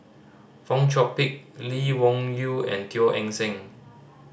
Fong Chong Pik Lee Wung Yew and Teo Eng Seng